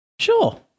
Sure